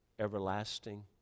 everlasting